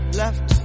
left